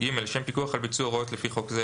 (ג)לשם פיקוח על ביצוע הוראות לפי חוק זה,